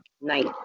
night